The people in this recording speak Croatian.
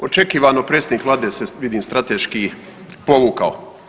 Očekivano predsjednik vlade se vidim strateški povukao.